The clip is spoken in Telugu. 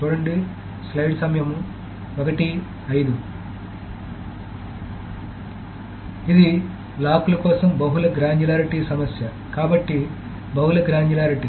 కాబట్టి ఇది లాక్ల కోసం బహుళ గ్రాన్యులారిటీ సమస్య కాబట్టి బహుళ గ్రాన్యులారిటీ